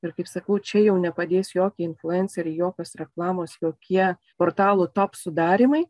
ir kaip sakau čia jau nepadės jokie influenceriai jokios reklamos jokie portalų top sudarymai